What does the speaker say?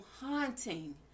haunting